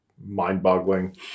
mind-boggling